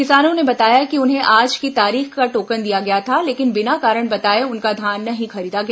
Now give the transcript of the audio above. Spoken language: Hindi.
किसानों ने बताया कि उन्हें आज की तारीख का टोकन दिया गया था लेकिन बिना कारण बताए उनका धान नहीं खरीदा गया